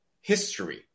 history